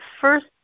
first